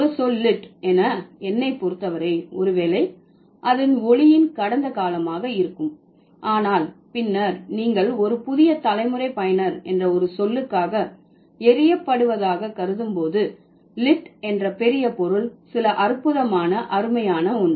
ஒரு சொல் லிட் என என்னை பொறுத்தவரை ஒரு வேளை அது ஒளியின் கடந்த காலமாக இருக்கும் ஆனால் பின்னர் நீங்கள் ஒரு புதிய தலைமுறை பயனர் என்ற ஒரு சொல்லுக்காக எரியப்படுபடுவதாக கருதும் போது லிட் என்ற பெரிய பொருள் சில அற்புதமான அருமையான ஒன்று